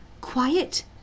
quiet